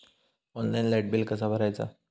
Online light bill कसा भरायचा?